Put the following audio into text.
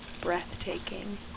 breathtaking